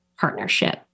partnership